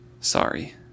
Sorry